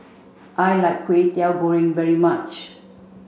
I like Kwetiau Goreng very much